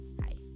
hi